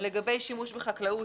לגבי שימוש בחקלאות,